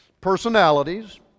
personalities